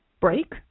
break